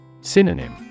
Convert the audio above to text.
Synonym